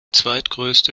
zweitgrößte